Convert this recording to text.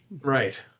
Right